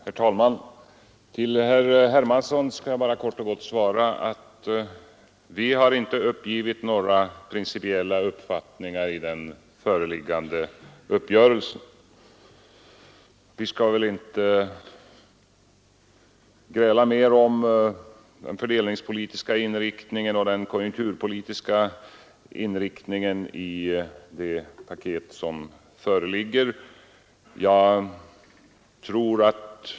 Herr talman! Herr Hermansson skall jag kort och gott svara att vi inte har givit upp några principiella uppfattningar vid den föreliggande uppgörelsen. Vi skall väl inte gräla mer om den fördelningspolitiska och konjunkturpolitiska inriktningen i detta paket.